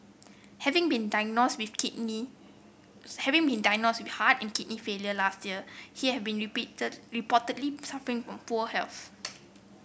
having been diagnosed with kidney having been diagnosed with heart and kidney failure last year he have been repeated reportedly suffering from poor health